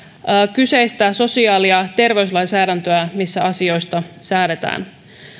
kyseistä sosiaali ja terveyslainsäädäntöä missä asioista säädetään